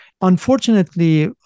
Unfortunately